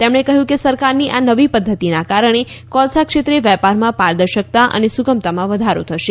તેમણે કહ્યું કે સરકારની આ નવી પદ્ધતિના કારણે કોલસા ક્ષેત્રે વેપારમાં પારદર્શકતા અને સુગમતામાં વધારો થશે